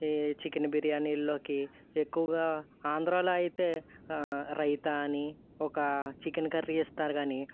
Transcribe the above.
ఈ చికెన్ బిర్యానీలలోకి ఎక్కువగా ఆంధ్రాలో అయితే రైతా అని ఒక చికెన్ కర్రీ ఇస్తారు కానీ